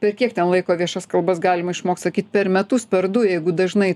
per kiek ten laiko viešas kalbas galima išmokt sakyt per metus per du jeigu dažnai